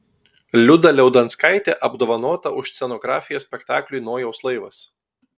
liuda liaudanskaitė apdovanota už scenografiją spektakliui nojaus laivas